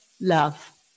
love